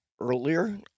earlier